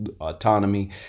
autonomy